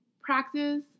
practice